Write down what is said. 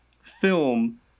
film